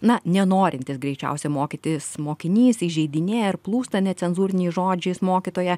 na nenorintis greičiausiai mokytis mokinys įžeidinėja ir plūsta necenzūriniais žodžiais mokytoją